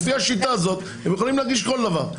לפי השיטה הזאת הם יכולים להגיש כל דבר.